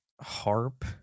harp